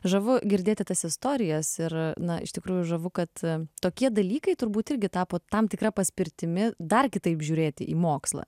žavu girdėti tas istorijas ir na iš tikrųjų žavu kad tokie dalykai turbūt irgi tapo tam tikra paspirtimi dar kitaip žiūrėti į mokslą